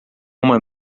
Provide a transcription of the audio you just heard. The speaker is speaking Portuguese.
uma